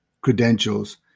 credentials